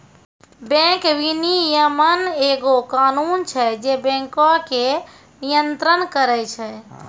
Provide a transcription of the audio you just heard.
bank विनियमन एगो कानून छै जे बैंको के नियन्त्रण करै छै